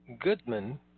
Goodman